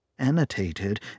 annotated